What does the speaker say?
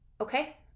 Okay